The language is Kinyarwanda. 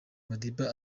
madiba